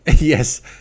Yes